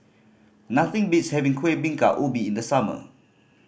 nothing beats having Kuih Bingka Ubi in the summer